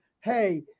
hey